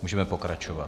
Můžeme pokračovat.